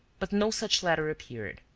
but no such letter appeared.